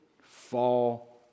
fall